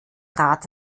rat